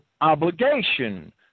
obligation